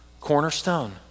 cornerstone